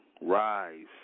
rise